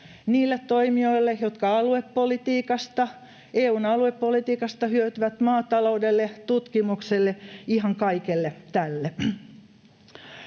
niille toimijoille, jotka EU:n aluepolitiikasta hyötyvät, maataloudelle, tutkimukselle, ihan kaikelle tälle.